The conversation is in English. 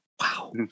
Wow